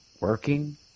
working